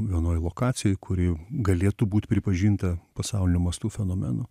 vienoj lokacijoj kuri galėtų būt pripažinta pasauliniu mastu fenomenu